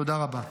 תודה רבה.